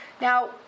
Now